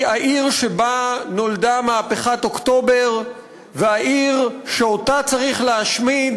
היא העיר שבה נולדה מהפכת אוקטובר והעיר שאותה צריך להשמיד